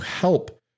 help